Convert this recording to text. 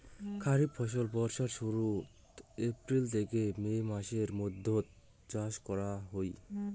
খরিফ ফসল বর্ষার শুরুত, এপ্রিল থেকে মে মাসের মৈধ্যত চাষ করা হই